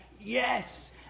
Yes